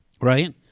right